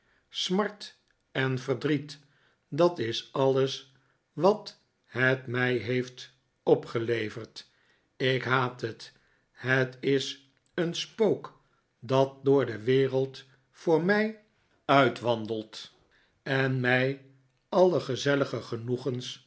smart en verdriet dat is alles wat het mij heeft opgeleverd ik haat het het is een spook dat door de wereld voor mij uitwandelt en mij alle gezellige genoegens